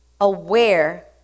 aware